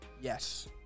Yes